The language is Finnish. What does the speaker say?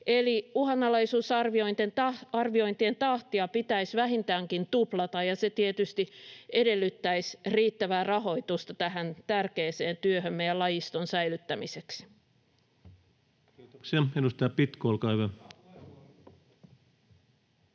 Eli uhanalaisuusarviointien tahti pitäisi vähintäänkin tuplata, ja se tietysti edellyttäisi riittävää rahoitusta tähän tärkeään työhön meidän lajistomme säilyttämiseksi. [Tuomas Kettunen: Hyvä